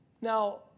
Now